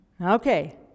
Okay